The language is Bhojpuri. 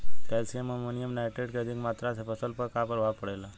कैल्शियम अमोनियम नाइट्रेट के अधिक मात्रा से फसल पर का प्रभाव परेला?